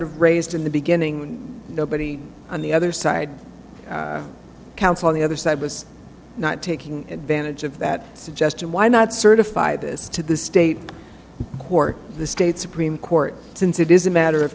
of raised in the beginning nobody on the other side counsel on the other side was not taking advantage of that suggestion why not certify this to the state or the state supreme court since it is a matter of